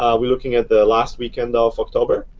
um we're looking at the last weekend of october.